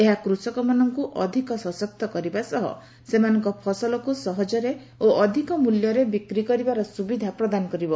ଏହା କୃଷକମାନଙ୍କୁ ଅଧିକ ସଶକ୍ତ କରିବା ସହ ସେମାନଙ୍କ ଫସଲକୁ ସହକରେ ଓ ଅଧକ ମୁଲ୍ୟରେ ବିକ୍ରି କରିବାର ସୁବିଧା ପ୍ରଦାନ କରିବ